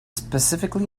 specifically